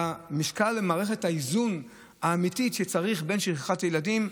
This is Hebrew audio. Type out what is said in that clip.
במשקל ובמערכת האיזון האמיתית שצריך בין שכחת ילדים,